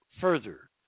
further